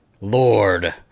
Lord